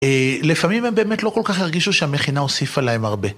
לפעמים הם באמת לא כל כך הרגישו שהמכינה הוסיף להם הרבה.